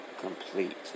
complete